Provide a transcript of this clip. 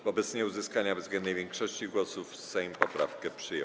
Wobec nieuzyskania bezwzględnej większości głosów Sejm poprawkę przyjął.